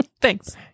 Thanks